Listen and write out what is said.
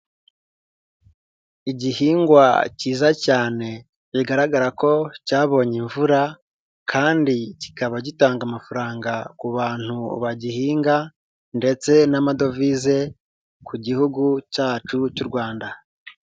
Igihingwa kiza cyane bigaragara ko cyabonye imvura, kandi kikaba gitanga amafaranga ku bantu bagihinga ndetse n'amadovize ku Gihugu cyacu cy'u Rwanda.